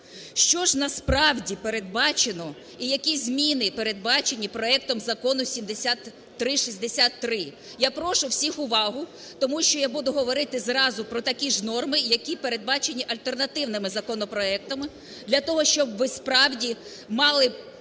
Що ж насправді передбачено і які зміни передбачені проектом закону 7363? Я прошу всіх увагу, тому що я буду говорити зразу про такі ж норми, які передбачені альтернативними законопроектами для того, щоб ви справді мали